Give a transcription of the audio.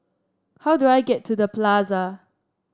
how do I get to The Plaza